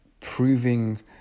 proving